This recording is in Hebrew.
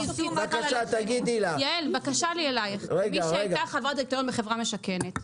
בקשה לי אליך כמי שהייתה חברת דירקטוריון בחברה משכנת,